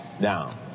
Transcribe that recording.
down